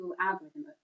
algorithm